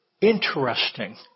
interesting